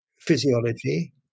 physiology